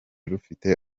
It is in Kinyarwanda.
rufite